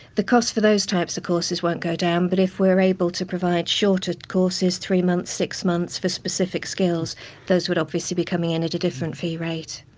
the cost for those types of courses won't go down but if we're able to provide shorter courses three months, six months for specific skills those would obviously be coming in at a different fee rate.